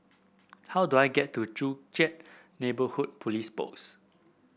how do I get to Joo Chiat Neighbourhood Police Post